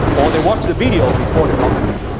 or they watch the video before they talk to you.